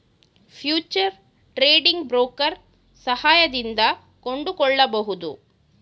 future trading broker ಸಹಾಯದಿಂದ ಕೊಂಡುಕೊಳ್ಳಬಹುದು